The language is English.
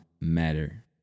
matter